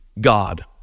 God